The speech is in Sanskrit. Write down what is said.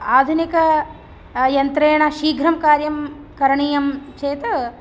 आधुनिकं यन्त्रेण शीघ्रं कार्यं करणीयं चेत्